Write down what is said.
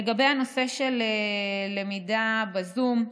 לגבי הנושא של הלמידה בזום,